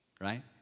right